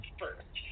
first